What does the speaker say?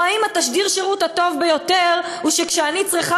או האם תשדיר השירות הטוב ביותר הוא שכשאני צריכה